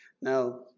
Now